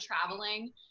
traveling